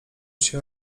się